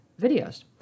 videos